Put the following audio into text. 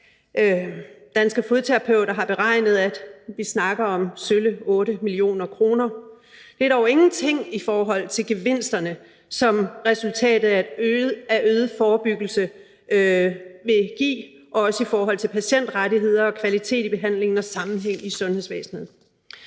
Danske fodterapeuter har beregnet, at vi snakker om sølle 8 mio. kr.. Det er dog ingenting i forhold til gevinsterne, som resultatet af øget forebyggelse vil give, også i forhold til patientrettigheder og kvalitet i behandlingen og sammenhæng i sundhedsvæsenet.